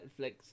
Netflix